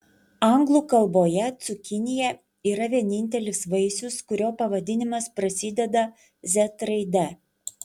anglų kalboje cukinija yra vienintelis vaisius kurio pavadinimas prasideda z raide